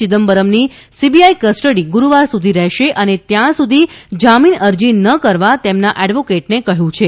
ચિદમ્બરમની CBI custody ગુરૂવાર સુધી રહેશે અને ત્યાં સુધી જામીન અરજી ન કરવા તેમના એડવોકેટને કહ્યું છે